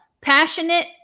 passionate